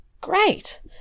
Great